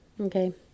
Okay